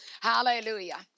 Hallelujah